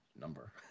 number